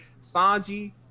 Sanji